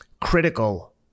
critical